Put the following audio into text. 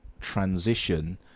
transition